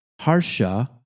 Harsha